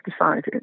decided